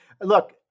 Look